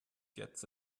gets